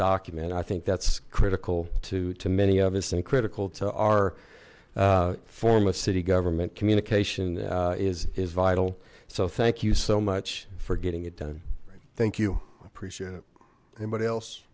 document i think that's critical to too many of us and critical to our form of city government communication is is vital so thank you so much for getting it done thank you i appreciate it anybody else